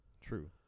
True